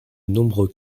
nombreux